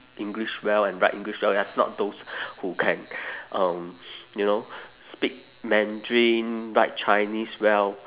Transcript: english well and write english well ya it's not those who can um you know speak mandarin write chinese well